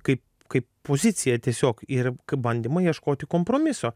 kaip kaip pozicija tiesiog ir bandymai ieškoti kompromiso